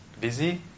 busy